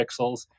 pixels